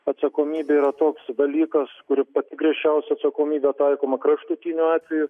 atsakomybė yra toks dalykas kuri pati griežčiausia atsakomybė taikoma kraštutiniu atveju